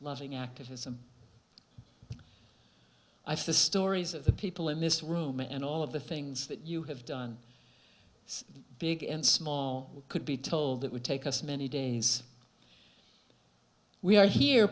loving activism ifas stories of the people in this room and all of the things that you have done big and small could be told it would take us many days we are here